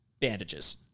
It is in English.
bandages